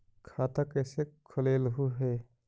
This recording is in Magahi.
खाता कैसे खोलैलहू हे?